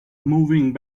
moving